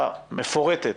מפורטת,